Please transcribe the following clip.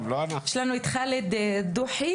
ח'אלד ד'וחי